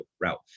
route